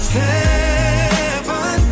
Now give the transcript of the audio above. heaven